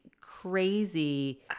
crazy